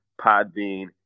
Podbean